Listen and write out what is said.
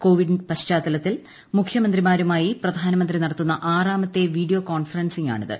Covid പശ്ചാത്തലത്തിൽ മുഖ്യമന്ത്രിമാരുമായി പ്രധാനമന്ത്രി നടത്തുന്ന ആറാമത്തെ വീഡിയോ കോൺഫറൻസിംഗാണിത്